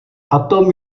atom